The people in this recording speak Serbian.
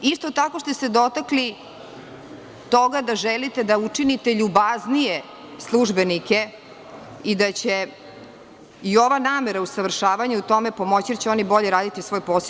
Isto tako ste se dotakli toga da želite da učinite ljubaznije službenike i da će i ova namera usavršavanja u tome pomoći, jer će oni bolje raditi svoj posao.